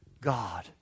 God